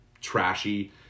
trashy